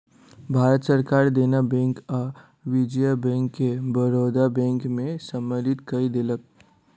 भारत सरकार देना बैंक आ विजया बैंक के बड़ौदा बैंक में सम्मलित कय देलक